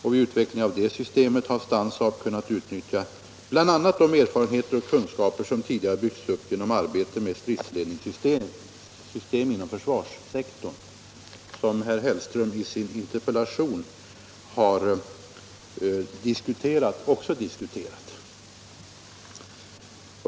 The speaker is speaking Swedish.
Vid utvecklingen av det systemet har Stansaab kunnat utnyttja bl.a. de erfarenheter och kunskaper som tidigare byggts upp genom arbete med stridsledningssystem inom försvarssektorn, som herr Hellström i sin interpellation också har diskuterat.